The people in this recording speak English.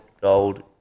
Gold